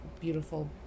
beautiful